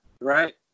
Right